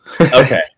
Okay